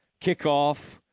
kickoff